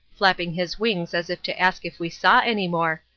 flapping his wings as if to ask if we saw any more,